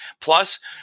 Plus